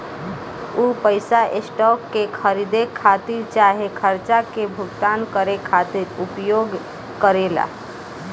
उ पइसा स्टॉक के खरीदे खातिर चाहे खर्चा के भुगतान करे खातिर उपयोग करेला